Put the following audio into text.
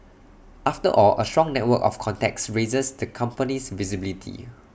after all A strong network of contacts raises the company's visibility